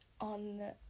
on